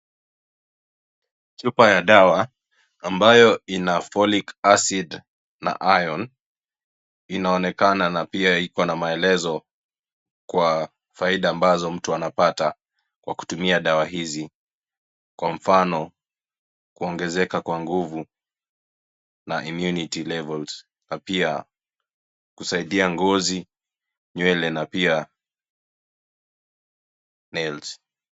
Chupa ya dawa ambayo ina Folic acid na Iron inaonekana na pia iko na maelezo kwa faida ambazo mtu anapata kwa kutumia dawa hizi. Kwa mfano, kuongezeka kwa nguvu na immunity levels na pia kusaidia ngozi, nywele na pia nails .